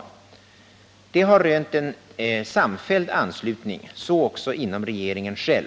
Denna bedömning har rönt en samfälld anslutning, så även inom regeringen själv.